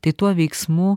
tai tuo veiksmu